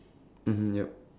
mmhmm yup